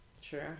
Sure